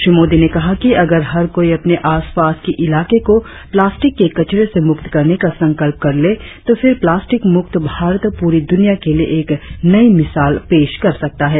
श्री मोदी ने कहा कि अगर हर कोई अपने आस पास के इलाके को प्लास्टिक के कचरे से मुक्त करने का संकल्प कर ले तो फिर प्लास्टिक मुक्त भारत पुरी दुनिया के लिए एक नई मिसाल पेश कर सकता है